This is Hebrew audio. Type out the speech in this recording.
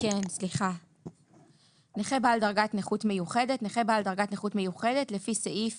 "נכה בעל דרגת נכות מיוחדת" נכה בעל דרגת נכות מיוחדת לפי סעיף